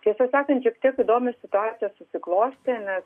tiesą sakant šiek tiek įdomi situacija susiklostė nes